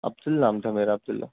عبدل نام تھا میرا عبداللہ